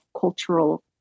cultural